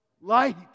light